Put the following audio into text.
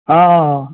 हँ